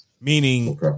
Meaning